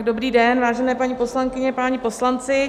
Dobrý den, vážené paní poslankyně, páni poslanci.